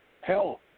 Hell